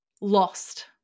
lost